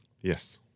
Yes